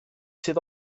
sydd